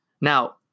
Now